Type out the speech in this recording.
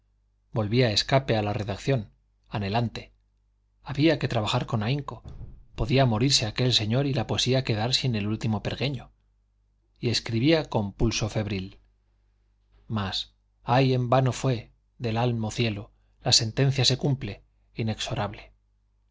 volvía a escape a la redacción anhelante había que trabajar con ahínco podía morirse aquel señor y la poesía quedar sin el último pergeño y escribía con pulso febril mas ay en vano fue del almo cielo la sentencia se cumple inexorable